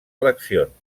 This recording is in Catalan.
eleccions